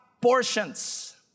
portions